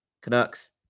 Canucks